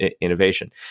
innovation